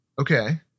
Okay